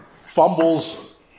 fumbles